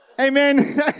Amen